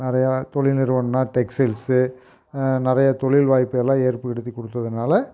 நிறையா தொழில் நிறுவனம்னால் டெக்ஸ்டைல்ஸு நிறையா தொழில் வாய்ப்புகளெலாம் ஏற்படுத்தி கொடுத்ததுனால